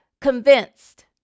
convinced